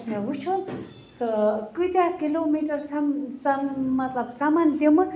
مےٚ وُچھُن تہٕ کٲتیٛاہ کِلو میٖٹر چھَم مَطلَب سَمان تِمہٕ